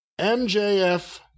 mjf